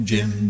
Jim